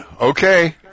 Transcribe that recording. Okay